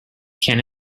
can